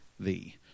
thee